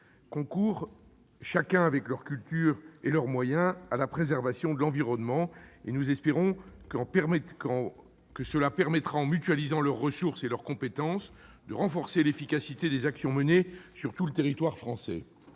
concourent, chacun avec sa culture et ses moyens, à la préservation de l'environnement permettra, en mutualisant les ressources et les compétences, de renforcer l'efficacité des actions menées sur tout le territoire français,